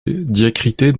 diacritée